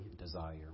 desire